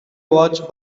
watch